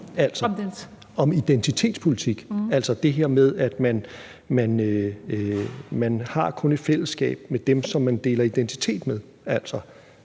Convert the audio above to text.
om identitetspolitik, altså det her med, at man kun har et fællesskab med dem, som man deler identitet med,